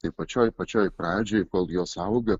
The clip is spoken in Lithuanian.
tai pačioj pačioj pradžioj kol jos auga